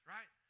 Right